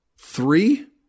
Three